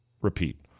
repeat